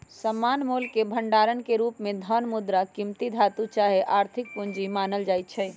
सामान्य मोलके भंडार के रूप में धन, मुद्रा, कीमती धातु चाहे आर्थिक पूजी मानल जाइ छै